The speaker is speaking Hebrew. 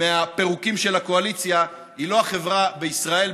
מהפירוקים של הקואליציה לא יהיה החברה בישראל,